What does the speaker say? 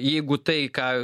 jeigu tai ką